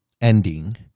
ending